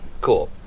cool